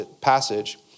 passage